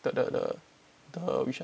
the the the the which one